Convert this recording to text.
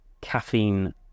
Caffeine